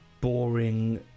boring